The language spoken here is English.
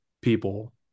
people